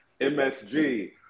MSG